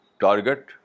target